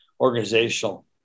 organizational